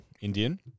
Indian